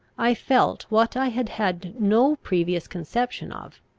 i felt what i had had no previous conception of,